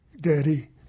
Daddy